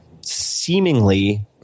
seemingly